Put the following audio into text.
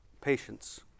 Patience